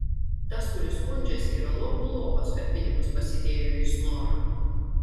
tas kuris skundžiasi yra lopų lopas kad pinigus pasidėjo į snorą